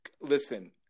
listen